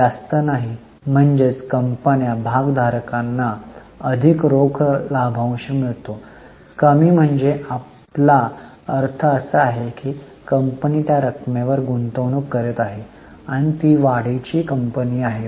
जास्त नाही म्हणजेच कंपन्या भागधारकांना अधिक रोख लाभांश मिळतो कमी म्हणजे आपला अर्थ असा आहे की कंपनी त्या रकमेवर गुंतवणूक करीत आहे आणि ती वाढीची कंपनी आहे